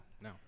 no